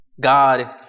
God